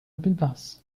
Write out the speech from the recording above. بالباص